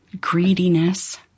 greediness